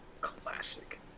Classic